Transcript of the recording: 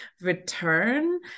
return